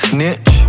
Snitch